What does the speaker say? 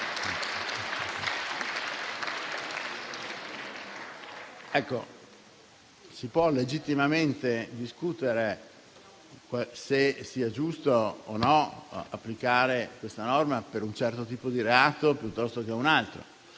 Camera, si può legittimamente discutere se sia giusto o no applicare questa norma per un certo tipo di reato piuttosto che per un altro;